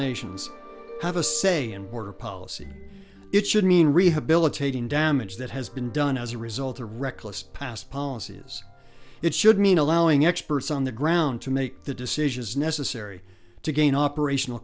nations have a say in border policy it should mean rehabilitating damage that has been done as a result a reckless past policy is it should mean allowing experts on the ground to make the decisions necessary to gain operational